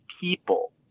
people